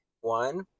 one